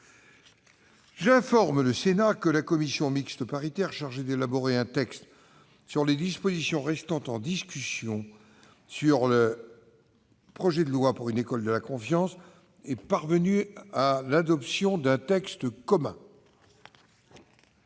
J'informe le Sénat que la commission mixte paritaire chargée d'élaborer un texte sur les dispositions restant en discussion du projet de loi pour une école de la confiance est parvenue à l'adoption d'un texte commun.